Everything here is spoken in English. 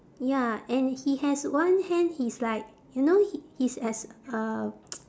ya and he has one hand he's like you know h~ he's has uh